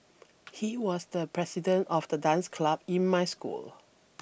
he was the president of the dance club in my school